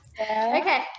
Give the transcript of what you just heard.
okay